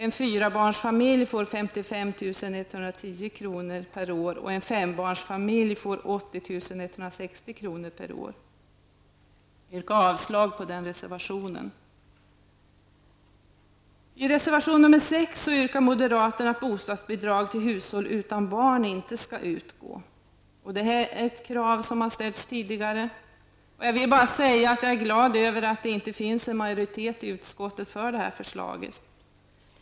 En fyrabarnsfamilj får 55 110 kr. per år, och en fembarnsfamilj får 80 160 kr. per år. Jag yrkar avslag på reservation 5. I reservation 6 yrkar moderaterna att bostadsbidrag till hushåll utan barn inte skall utgå. Detta är ett krav som har ställts tidigare. Jag vill bara säga att jag är glad att det inte finns en majoritet i utskottet för det förslaget.